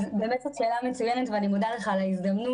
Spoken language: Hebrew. באמת זאת שאלה מצוינת ואני מודה לך על ההזדמנות.